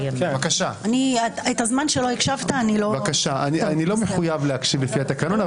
את הזמן שלא הקשבת אני לא --- אני לא מחויב להקשיב לפי התקנון,